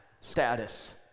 status